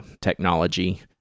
technology